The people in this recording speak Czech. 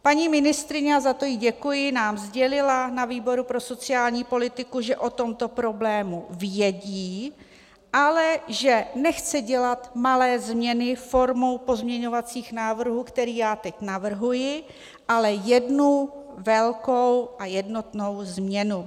Paní ministryně, a za to jí děkuji, nám sdělila na výboru pro sociální politiku, že o tomto problému vědí, ale že nechce dělat malé změny formou pozměňovacích návrhů, které já teď navrhuji, ale jednu velkou a jednotnou změnu.